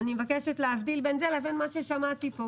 אני מבקשת להבדיל בין זה לבין מה ששמעתי כאן,